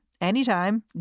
anytime